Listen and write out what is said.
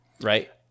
right